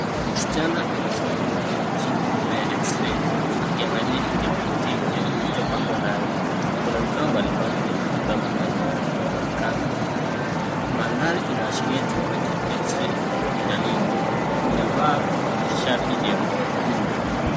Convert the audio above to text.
Msichana amesimama mbele ya mashine kubwa ya eksirei huku akiangalia nje kupitia kioo kilichopakwa rangi. Kuna vifaa mbalimbali vya matibabu na nyaya zinaonekana. Mandhari inaashiria chumba cha eksirei hospitalini. Amevaa shati jekundu.